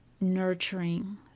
nurturing